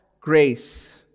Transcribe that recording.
grace